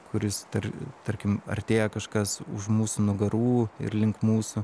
kuris tar tarkim artėja kažkas už mūsų nugarų ir link mūsų